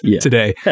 today